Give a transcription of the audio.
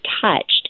touched